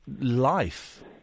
life